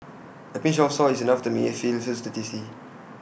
A pinch of salt is enough to make A Veal Stew tasty